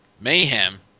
Mayhem